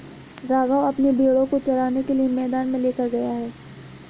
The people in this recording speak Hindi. राघव अपने भेड़ों को चराने के लिए मैदान में लेकर गया है